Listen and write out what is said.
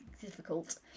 difficult